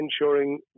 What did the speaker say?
ensuring